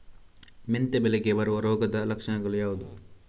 ಮೆಂತೆ ಬೆಳೆಗೆ ಬರುವ ರೋಗದ ಲಕ್ಷಣಗಳು ಯಾವುದು?